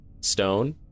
stone